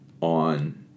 on